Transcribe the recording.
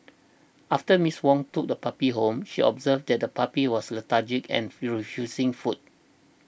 after Miss Wong took the puppy home she observed that the puppy was lethargic and refusing food